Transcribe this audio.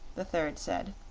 the third said.